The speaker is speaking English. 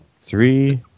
Three